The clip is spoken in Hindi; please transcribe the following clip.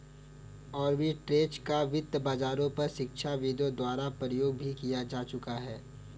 आर्बिट्रेज का वित्त बाजारों पर शिक्षाविदों द्वारा प्रयोग भी किया जा चुका है